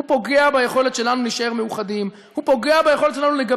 הוא פוגע ביכולת שלנו להישאר מאוחדים,